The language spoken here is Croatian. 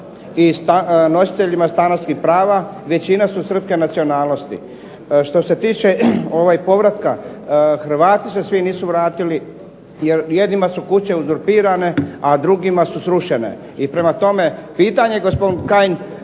i nositeljima stanarskih prava, većina su srpske nacionalnosti. Što se tiče povratka Hrvati se svi nisu vratili, jer jednima su kuće uzurpirane, a drugima su srušene. I prema tome pitanje gospodin Kajin